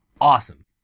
awesome